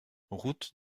route